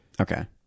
Okay